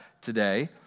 today